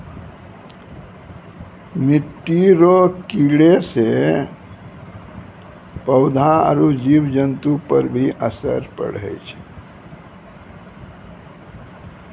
मिट्टी रो कीड़े से पौधा आरु जीव जन्तु पर भी असर पड़ै छै